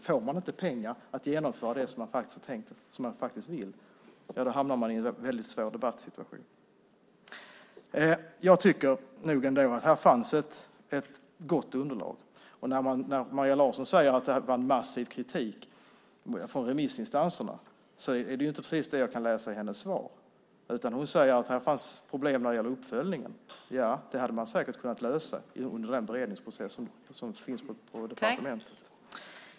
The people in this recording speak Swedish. Får man inte pengar till att genomföra det man vill hamnar man i en väldigt svår debattsituation. Här fanns ett gott underlag. Maria Larsson säger att det var massiv kritik från remissinstanserna, men det är inte precis det jag kan läsa i hennes svar. Hon säger att det fanns problem när det gällde uppföljningen. Ja, det hade man säkert kunnat lösa under beredningsprocessen på departementet.